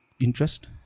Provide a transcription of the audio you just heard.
interest